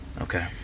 Okay